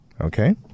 Okay